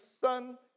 son